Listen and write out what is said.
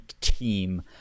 team